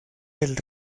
del